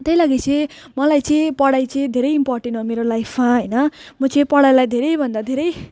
त्यही लागि चाहिँ मलाई चाहिँ पढाइ चाहिँ धेरै इम्पोर्टेन हो मेरो लाइफमा होइन म चाहिँ पढाइलाई धेरैभन्दा धेरै